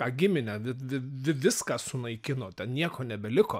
ką giminę vi vi vi viską sunaikino ten nieko nebeliko